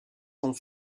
sont